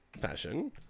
fashion